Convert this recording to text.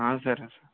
సరే సార్